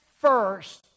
first